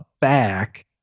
back